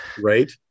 Right